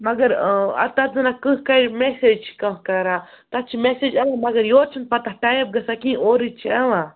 مگر تَتھ زَنہٕ کٲنٛسہٕ کَرِ میسیج چھِ کانٛہہ کَران تَتھ چھِ میسیج یِوان مَگر یورٕ چھُنہٕ پَتہٕ تَتھ ٹایپ گژھان کِہیٖنۍ اورٕچ چھِ یِوان